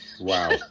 Wow